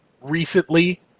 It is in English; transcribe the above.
recently